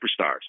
superstars